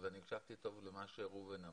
אני הקשבתי טוב למה שראובן אמר,